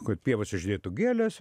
kur pievose žydėtų gėlės